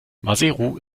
maseru